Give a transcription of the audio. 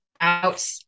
out